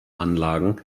anlagen